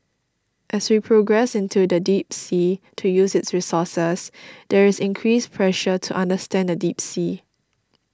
as we progress into the deep sea to use its resources there is increased pressure to understand the deep sea